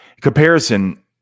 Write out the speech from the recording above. Comparison